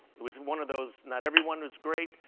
it was one of those not everyone was great.